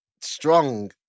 strong